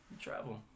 travel